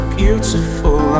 beautiful